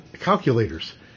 calculators